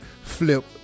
flip